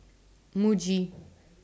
Muji